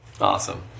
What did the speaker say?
Awesome